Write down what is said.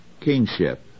kingship